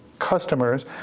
customers